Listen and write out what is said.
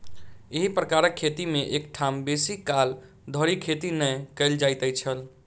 एही प्रकारक खेती मे एक ठाम बेसी काल धरि खेती नै कयल जाइत छल